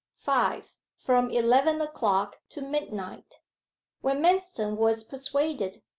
five. from eleven o'clock to midnight when manston was persuaded,